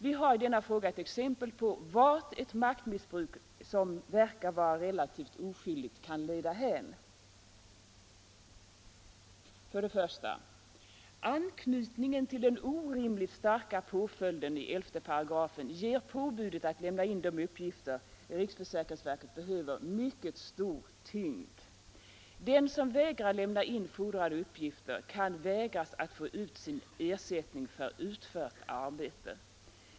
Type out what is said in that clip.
Vi har i denna fråga ett exempel på vart ett maktmissbruk som verkar vara relativt oskyldigt kan leda hän. Vissa frågor Anknytningen till den orimligt starka påföljden i 11 § ger påbudet att — rörande tandvårdslämna in de uppgifter riksförsäkringsverket behöver mycket stor tyngd. taxan Den som vägrar lämna in fordrade uppgifter kan vägras att få ut sin ersättning för utfört arbete.